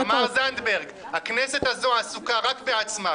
תמר זנדברג: "הכנסת הזו עסוקה רק בעצמה,